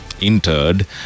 interred